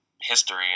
history